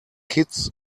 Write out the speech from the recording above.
kitts